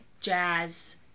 jazz